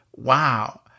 wow